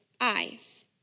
eyes